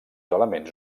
elements